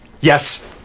Yes